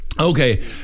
Okay